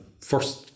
first